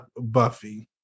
Buffy